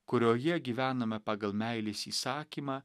kurioje gyvename pagal meilės įsakymą